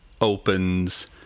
opens